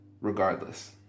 regardless